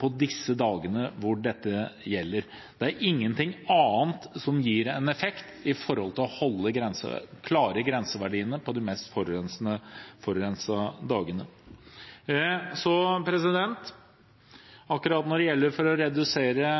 på de dagene hvor dette gjelder. Det er ingenting annet som gir en effekt opp mot å klare grenseverdiene på de mest forurensede dagene. Så akkurat når det gjelder å redusere luftforurensningen, må staten i stedet for å bøtelegge være en partner overfor byene for å redusere